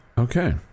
okay